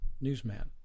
newsman